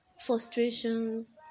frustrations